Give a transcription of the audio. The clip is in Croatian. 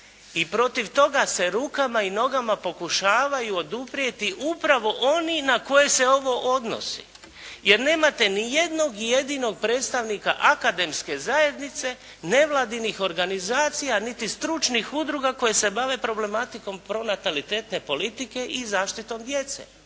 i protiv toga se rukama i nogama pokušavaju oduprijeti upravo oni na koje se ovo odnosi. Jer nemate ni jednog jedinog predstavnika akademske zajednice, nevladinih organizacija niti stručnih udruga koje se bave problematikom pronatalitetne politike i zaštitom djece.